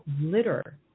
litter